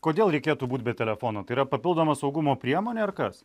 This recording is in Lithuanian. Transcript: kodėl reikėtų būt be telefono tai yra papildoma saugumo priemonė ar kas